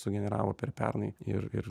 sugeneravo per pernai ir ir